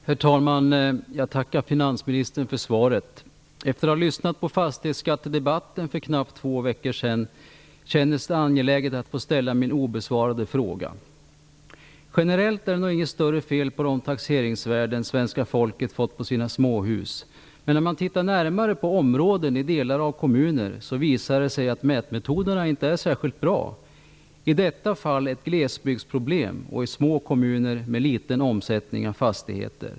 Herr talman! Jag tackar finansministern för svaret. Efter att ha lyssnat på fastighetsskattedebatten för knappt två veckor sedan kändes det angeläget för mig att ställa min obesvarade fråga. Generellt är det nog inget större fel på de taxeringsvärden som svenska folket fått på sina småhus. Men vid närmare granskning av områden i delar av kommuner visar det sig att mätmetoderna inte är särskilt bra. I detta fall är det ett glesbygdsproblem och ett problem i småkommuner med liten omsättning av fastigheter.